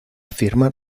firmar